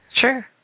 Sure